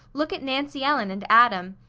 look at nancy ellen and adam.